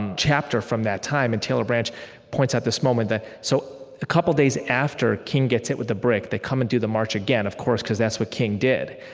and chapter from that time. and taylor branch points out this moment that so a couple days after king gets hit with the brick, they come and do the march again, of course, because that's what king did.